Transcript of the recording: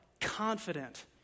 confident